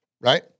Right